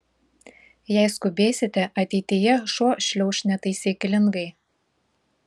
jei skubėsite ateityje šuo šliauš netaisyklingai